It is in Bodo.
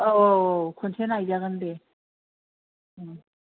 औ औ खनसे नायजागोन दे